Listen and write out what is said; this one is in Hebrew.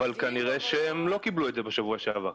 אבל כנראה שההתאחדות לא קיבלו את זה בשבוע שעבר.